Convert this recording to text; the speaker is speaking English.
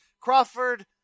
Crawford